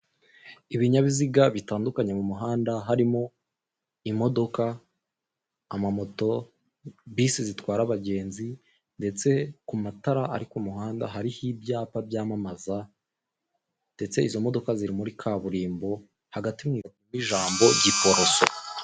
Ibinyabiziga bitandukanye mu muhanda harimo imodoka, amamoto, bisi zitwara abagenzi ndetse ku matara ari ku muhanda hariho ibyapa byamamaza ndetse izo modoka ziri muri kaburimbo hagati mu muhanda harimo ijambo giporoso.